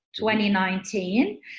2019